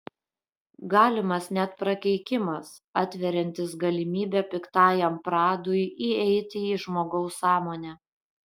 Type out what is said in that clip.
galimas net prakeikimas atveriantis galimybę piktajam pradui įeiti į žmogaus sąmonę